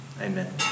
Amen